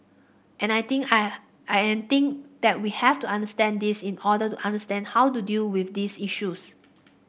and I think I and I think that we have to understand this in order to understand how to deal with these issues